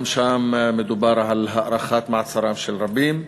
גם שם מדובר בהארכת מעצרם של רבים.